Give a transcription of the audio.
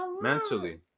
mentally